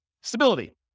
Stability